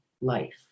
life